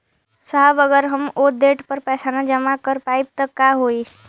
साहब अगर हम ओ देट पर पैसाना जमा कर पाइब त का होइ?